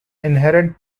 inherent